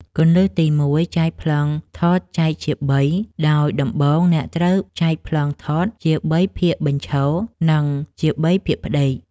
គន្លឹះទី១ ចែកប្លង់ថតចែកជាបី ដោយដំបូងអ្នកត្រូវចែកប្លង់ថតជាបីភាគបញ្ឈរ និងជាបីភាគផ្ដេក។